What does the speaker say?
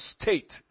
state